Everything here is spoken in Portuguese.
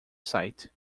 site